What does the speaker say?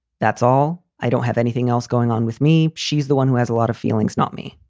that's all. i don't have anything else going on with me. she's the one who has a lot of feelings, not me.